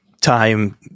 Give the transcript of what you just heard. time